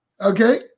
Okay